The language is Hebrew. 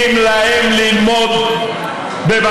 אדוני היושב-ראש, גברתי